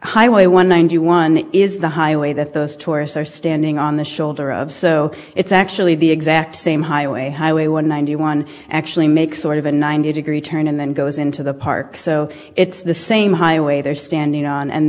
highway one ninety one is the highway that those tourists are standing on the shoulder of so it's actually the exact same highway highway one hundred one actually make sort of a ninety degree turn and then goes into the park so it's the same highway they're standing on and